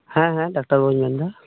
ᱦᱮᱸ ᱦᱮᱸ ᱰᱟᱠᱛᱟᱨ ᱵᱟᱵᱩᱧ ᱢᱮᱱ ᱮᱫᱟ